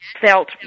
felt